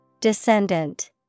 Descendant